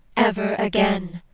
ever again,